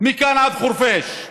מכאן עד חורפיש,